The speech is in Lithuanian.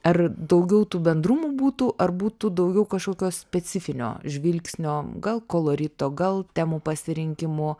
ar daugiau tų bendrumų būtų ar būtų daugiau kažkokio specifinio žvilgsnio gal kolorito gal temų pasirinkimų